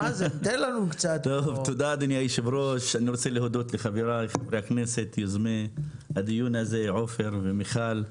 לחבריי חברי הכנסת יוזמי הדיון הזה, עופר ומיכל,